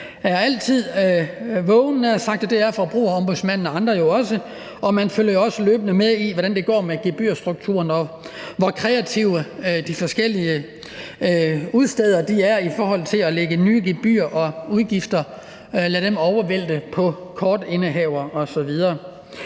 og andre også, og man følger også løbende med i, hvordan det går med gebyrstrukturen, og hvor kreative de forskellige udstedere er i forhold til at lægge nye gebyrer og udgifter på kortindehavere osv.